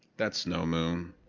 that's no moon,